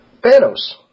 Thanos